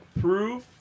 proof